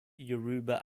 yoruba